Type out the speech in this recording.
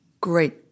great